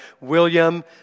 William